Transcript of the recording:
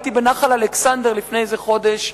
הייתי בנחל-אלכסנדר לפני איזה חודש,